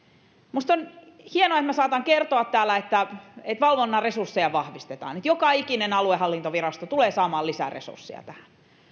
minusta on hienoa että minä saatan täällä kertoa että valvonnan resursseja vahvistetaan että joka ikinen aluehallintovirasto tulee saamaan lisäresursseja tähän